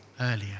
earlier